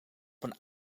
een